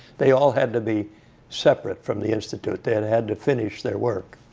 they all had to be separate from the institute. they had had to finish their work.